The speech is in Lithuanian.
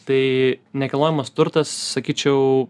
tai nekilnojamas turtas sakyčiau